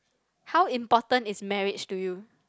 how important is marriage to you